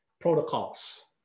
protocols